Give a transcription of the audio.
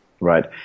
right